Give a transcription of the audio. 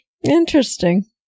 interesting